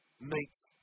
meets